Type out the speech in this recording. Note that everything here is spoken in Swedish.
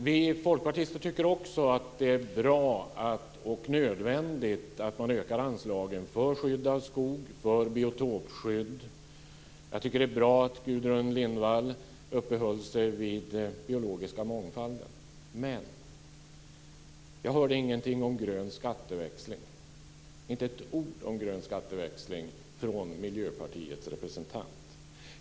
Fru talman! Vi folkpartister tycker också att det är bra och nödvändigt att öka anslagen för skydd av skog, för biotopskydd. Jag tycker att det är bra att Gudrun Lindvall uppehöll sig vid frågan om den biologiska mångfalden. Men jag hörde ingenting om grön skatteväxling från Miljöpartiets representant.